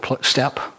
step